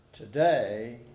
Today